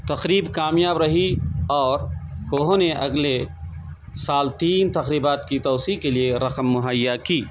تقریب کامیاب رہی اور کوہو نے اگلے سال تین تقریبات کی توسیع کے لیے رقم مہیا کی